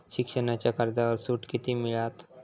शिक्षणाच्या कर्जावर सूट किती मिळात?